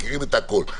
מכירים את הכול.